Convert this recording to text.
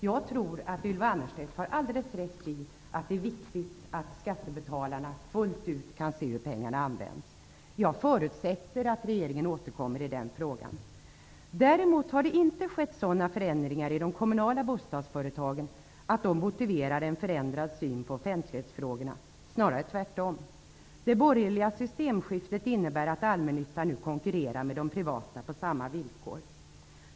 Jag tror att Ylva Annerstedt har alldeles rätt i att det är viktigt att skattebetalarna fullt ut kan se hur pengarna används. Jag förutsätter att regeringen återkommer i den frågan. Däremot har det inte skett sådana förändringar i de kommunala bostadsföretagen att de motiverar en förändrad syn på offentlighetsfrågorna. Snarare tvärtom. Det borgerliga systemskiftet innebär att allmännyttan nu konkurrerar med de privata företagen på samma villkor.